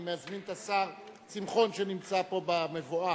אני מזמין את השר שמחון, שנמצא פה במבואה,